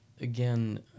again